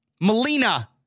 Melina